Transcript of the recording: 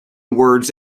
words